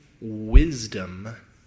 wisdom